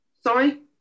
Sorry